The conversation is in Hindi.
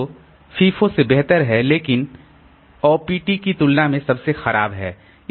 तो एफआईएफओ से बेहतर है लेकिन ओपीटी की तुलना में सबसे खराब है